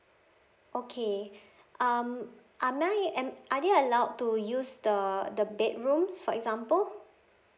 okay um am I am are they allowed to use the the bedrooms for example